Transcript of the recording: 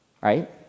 Right